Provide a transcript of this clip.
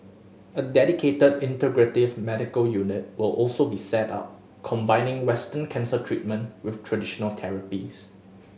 a dedicated integrative medical unit will also be set up combining Western cancer treatment with traditional therapies